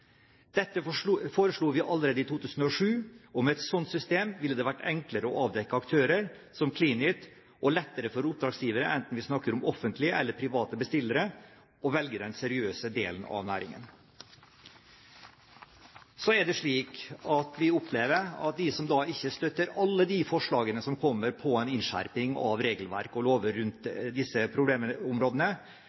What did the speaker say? foreslo vi allerede i 2007, og med et sånt system ville det vært enklere å avdekke aktører som Cleanit og lettere for oppdragsgivere, enten vi snakker om offentlig eller private bestillere, å velge den seriøse delen av næringen. Så opplever vi at de som ikke støtter alle de forslagene som kommer om en innskjerping av regelverk og lover rundt disse